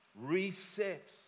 Reset